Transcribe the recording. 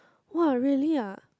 [wah] really ah